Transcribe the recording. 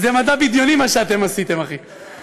זה מדע בדיוני מה שאתם עשיתם, אחי.